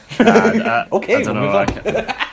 Okay